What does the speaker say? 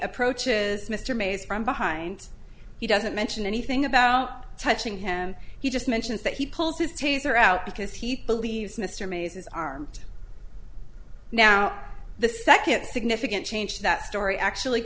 approaches mr mays from behind he doesn't mention anything about touching him he just mentions that he pulls his taser out because he believes mr mays is armed now the second significant change that story actually